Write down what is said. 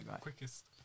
Quickest